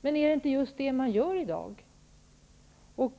Men är det inte just det man gör i dag? Varför